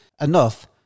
enough